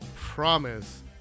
promise